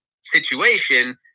situation